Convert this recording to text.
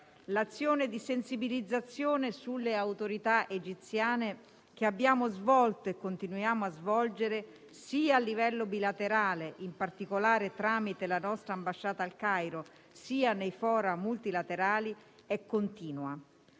L'azione di sensibilizzazione sulle autorità egiziane, che abbiamo svolto e continuiamo a svolgere sia a livello bilaterale - in particolare, tramite la nostra ambasciata al Cairo - sia nei *fora* multilaterali, è continua: